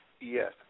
Yes